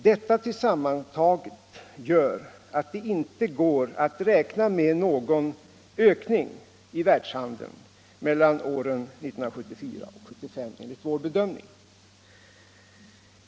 Detta tillsammantaget gör att det enligt vår bedömning inte går att räkna med någon ökning av världshandeln mellan 1974 och 1975.